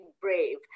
brave